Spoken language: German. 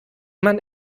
man